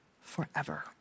forever